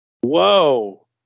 Whoa